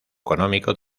económico